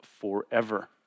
forever